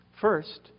First